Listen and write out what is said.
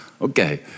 Okay